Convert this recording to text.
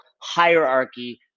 hierarchy